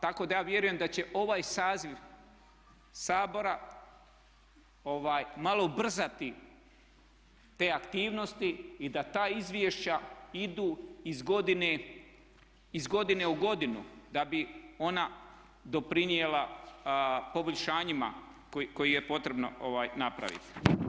Tako da ja vjerujem da će ovaj saziv Sabora malo ubrzati te aktivnosti i da ta izvješća idu iz godine u godinu da bi ona doprinijela poboljšanjima koje je potrebno napraviti.